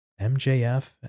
MJF